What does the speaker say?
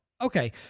okay